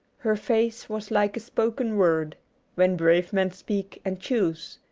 her face was like a spoken word when brave men speak and choose,